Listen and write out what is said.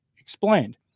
explained